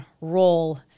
role